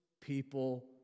people